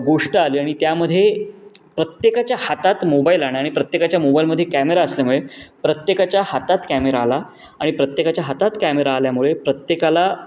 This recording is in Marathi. गोष्ट आली आणि त्यामध्ये प्रत्येकाच्या हातात मोबाईल आणा आणि प्रत्येकाच्या मोबाईलमध्ये कॅमेरा असल्यामुळे प्रत्येकाच्या हातात कॅमेरा आला आणि प्रत्येकाच्या हातात कॅमेरा आल्यामुळे प्रत्येकाला